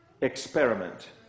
experiment